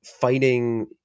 fighting